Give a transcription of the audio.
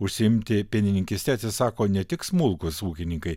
užsiimti pienininkyste atsisako ne tik smulkūs ūkininkai